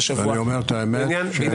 דבר